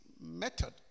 method